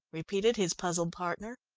repeated his puzzled partner.